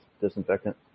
Disinfectant